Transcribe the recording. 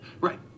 Right